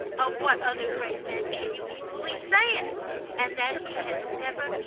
of what other great men can you equally say it and that he has never,